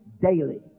daily